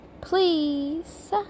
please